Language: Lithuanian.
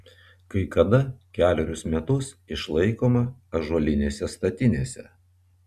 kai kada kelerius metus išlaikoma ąžuolinėse statinėse